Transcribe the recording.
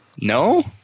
No